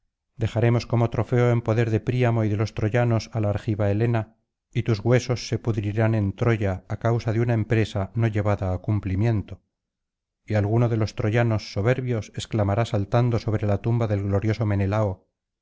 dejaremos como trofeo en poder de príamo y de los troyanos á la argiva helena y tus huesos se pudrirán en troya á causa de una empresa no llevada á cumplimiento y alguno de los troyanos soberbios exclamará saltando sobre la tumba del glorioso menelao